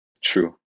True